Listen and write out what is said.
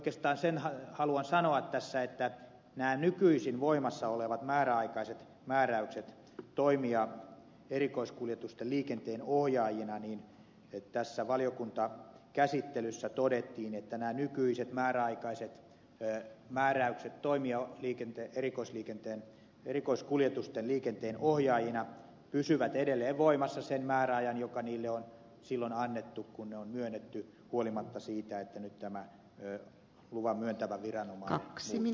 oikeastaan sen haluan sanoa tässä että näistä nykyisin voimassa olevista määräaikaisista määräyksistä toimia erikoiskuljetusten liikenteenohjaajina tässä valiokuntakäsittelyssä todettiin että nämä nykyiset määräaikaiset määräykset toimia erikoiskuljetusten liikenteenohjaajina pysyvät edelleen voimassa sen määräajan joka niille on silloin annettu kun ne on myönnetty huolimatta siitä että nyt tämä luvan myöntävä viranomainen muuttuu